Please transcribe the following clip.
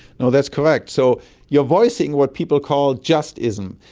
no, that's correct. so you're voicing what people call justism.